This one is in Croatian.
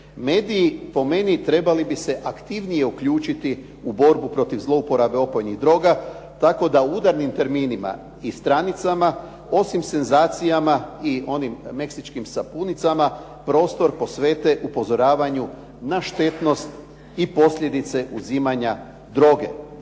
Mediji po meni trebali bi se aktivnije uključiti u borbu protiv zlouporabe opojnih droga tako u udarnim terminima i stranicama osim senzacijama i onim meksičkim sapunicama prostor posvete upozoravanju na štetnost i posljedice uzimanja droge.